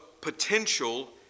potential